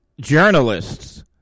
journalists